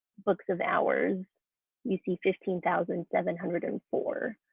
books of hours you see fifteen thousand seven hundred and four.